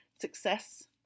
success